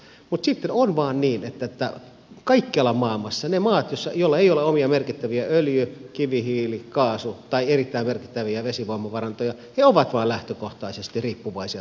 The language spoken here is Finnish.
mutta sitten on vain niin että kaikkialla maailmassa ne maat joilla ei ole omia merkittäviä öljy kivihiili kaasu tai erittäin merkittäviä vesivoimavarantoja ovat vain lähtökohtaisesti riippuvaisia tuontienergiasta